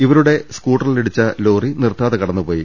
ഇവ രുടെ സ്കൂട്ടറിലിടിച്ച ലോറി നിർത്താതെ കടന്നുപോയി